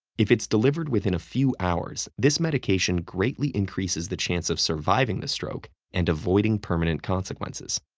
if it's delivered within a few hours, this medication greatly increases the chance of surviving the stroke and avoiding permanent consequences.